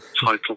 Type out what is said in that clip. title